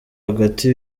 hagati